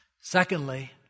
Secondly